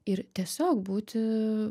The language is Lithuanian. ir tiesiog būti